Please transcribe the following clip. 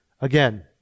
again